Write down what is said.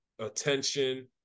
attention